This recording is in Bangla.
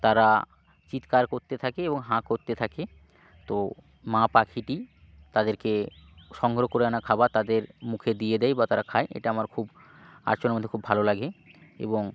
তারা চিৎকার করতে থাকে এবং হাঁ করতে থাকে তো মা পাখিটি তাদেরকে সংগ্রহ করে আনা খাবার তাদের মুখে দিয়ে দেয় বা তারা খায় এটা আমার খুব আচরণের মধ্যে খুব ভালো লাগে এবং